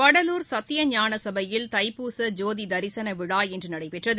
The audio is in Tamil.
வடலூர் சத்தியஞான சபையில் தைப்பூச ஜோதி தரிசன விழா இன்று நடைபெற்றது